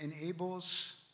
enables